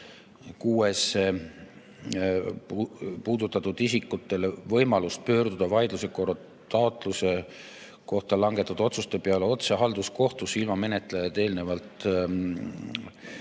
anda puudutatud isikutele võimalus pöörduda vaidluse korral taotluse kohta langetatud otsuste peale otse halduskohtusse ilma menetlejale eelnevalt vaiet